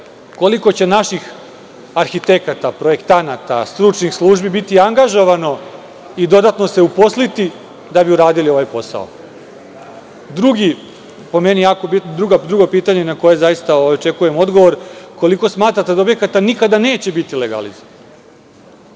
koliko će naših arhitekata, projektanata, stručnih službi biti angažovano i dodatno se uposliti da bi uradili ovaj posao. Drugo pitanje na koje očekujem odgovor – koliko smatrate da objekata nikada neće biti legalizovano?